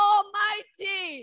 Almighty